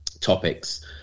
topics